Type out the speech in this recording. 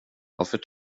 varför